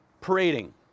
Parading